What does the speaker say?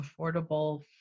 affordable